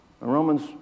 Romans